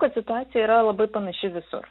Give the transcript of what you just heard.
kad situacija yra labai panaši visur